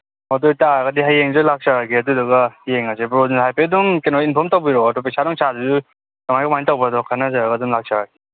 ꯑꯗꯨ ꯑꯣꯏꯇꯥꯔꯒꯗꯤ ꯍꯌꯦꯡꯁꯦ ꯂꯥꯛꯆꯔꯒꯦ ꯑꯗꯨꯗꯨꯒ ꯌꯦꯡꯉꯁꯦ ꯍꯥꯏꯐꯦꯠ ꯑꯗꯨꯝ ꯏꯟꯐꯣꯝ ꯇꯧꯕꯤꯔꯛꯑꯣ ꯄꯩꯁꯥ ꯅꯨꯡꯁꯥꯁꯨ ꯀꯃꯥꯏꯅ ꯀꯃꯥꯏꯅ ꯇꯧꯕꯗꯣ ꯈꯟꯅꯖꯔꯒ ꯑꯗꯨꯝ ꯂꯥꯛꯆꯔꯒꯦ